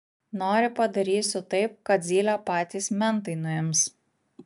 nori padarysiu taip kad zylę patys mentai nuims